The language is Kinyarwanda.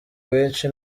benshi